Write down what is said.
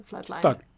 stuck